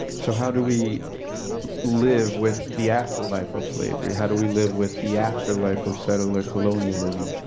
so how do we live with the afterlife of slavery? how do we live with the afterlife of settler colonialism